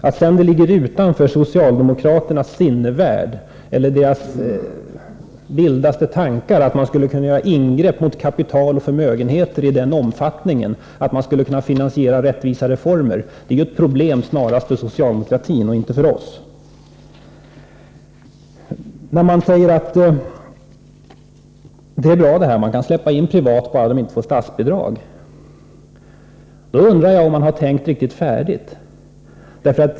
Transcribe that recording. Att det sedan ligger utanför socialdemokraternas sinnevärld eller deras vildaste tankar att man skulle kunna göra ingrepp mot kapital och förmögenheter i den omfattningen att man finansierade rättvisa reformer är ett problem snarast för socialdemokratin och inte för oss. När socialdemokraterna säger att man kan släppa in privata alternativ bara de inte får statsbidrag, undrar jag om man har tänkt färdigt.